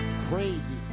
crazy